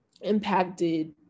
impacted